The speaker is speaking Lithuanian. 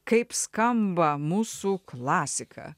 kaip skamba mūsų klasika